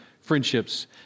friendships